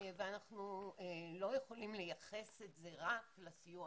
ואנחנו לא יכולים לייחס את זה רק לסיוע